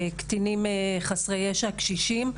קטינים חסרי ישע, קשישים,